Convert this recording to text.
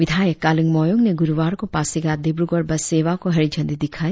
विधायक कालिंग मोयोंग ने गुरुवार को पासीघाट डिब्रुगड़ बस सेवा को हरी झंडी दिखाई